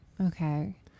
Okay